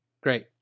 Great